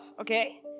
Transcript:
okay